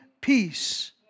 peace